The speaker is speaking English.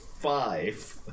five